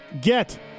Get